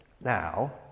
Now